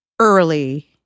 early